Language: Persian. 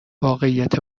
واقعیت